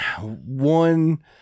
one